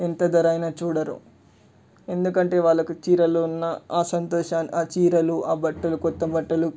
ఎంత ధర అయినా చూడరు ఎందుకంటే వాళ్ళకు చీరలో ఉన్న ఆ సంతోషాన్ని ఆ చీరలు ఆ బట్టలు కొత్త బట్టలు